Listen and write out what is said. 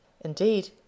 Indeed